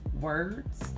words